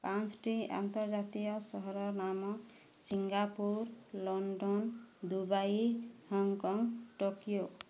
ପାଞ୍ଚ୍ଟି ଆର୍ନ୍ତଜାତୀୟ ସହରର ନାମ Singapore London Dubai Hong Kong Tokyo